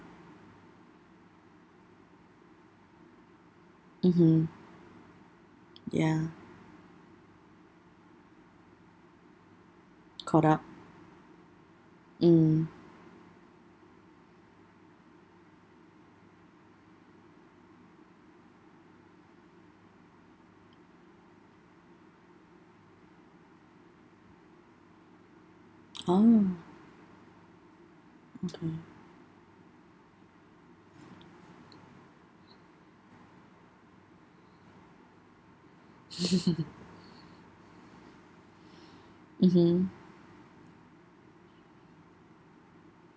mmhmm ya caught up mm oh okay mmhmm